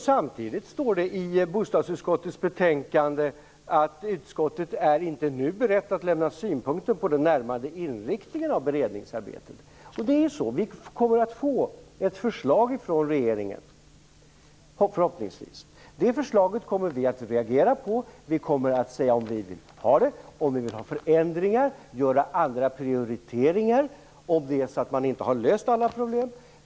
Samtidigt står det i bostadsutskottets betänkande att man i utskottet inte är beredd att nu lämna synpunkter på den närmare inriktningen av beredningsarbetet. Det kommer ju ett förslag från regeringen, förhoppningsvis. Det förslaget kommer vi att reagera på. Vi kommer att säga om vi vill ha det, om vi vill ha förändringar, om vi vill göra andra prioriteringar ifall inte alla problem är lösta.